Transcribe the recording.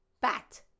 Bat